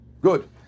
Good